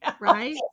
Right